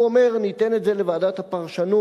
הוא אומר: ניתן את זה לוועדת הפרשנות,